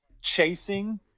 chasing